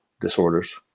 disorders